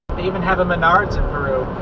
they even have a menards in peru.